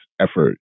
effort